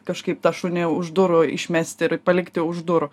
kažkaip tą šunį už durų išmesti ir palikti už durų